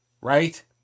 Right